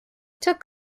took